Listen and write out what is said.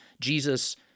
Jesus